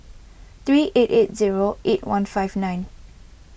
three eight eight zero eight one five nine